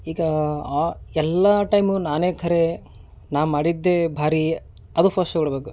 ಈಗ ಆ ಎಲ್ಲ ಟೈಮು ನಾನೇ ಖರೆ ನಾ ಮಾಡಿದ್ದೇ ಭಾರಿ ಅದು ಫರ್ಸ್ಟ್ ಬಿಡ್ಬೇಕು